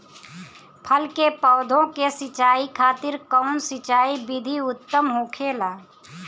फल के पौधो के सिंचाई खातिर कउन सिंचाई विधि उत्तम होखेला?